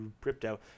crypto